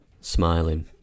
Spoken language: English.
smiling